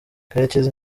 karekezi